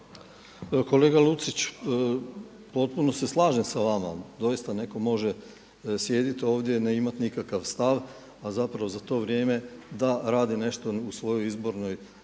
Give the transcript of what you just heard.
Kolega Lucić, potpuno se slažem sa vama, dosita netko može sjediti ovdje i ne imati nikakav stav a zapravo za to vrijeme da radi nešto u svojoj izbornoj